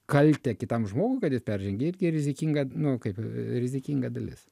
kaltę kitam žmogui kad jis peržengė irgi rizikinga nu kaip rizikinga dalis